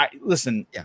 listen